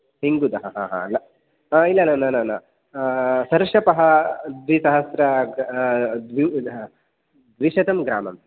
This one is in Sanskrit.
हिङ्गुदः हा हा न इलाल न न न सर्षपः द्विसहस्रं द्वि द्विशतं ग्राम्